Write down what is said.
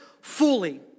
fully